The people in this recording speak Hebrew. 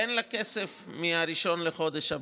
אין לה כסף מ-1 בחודש הבא.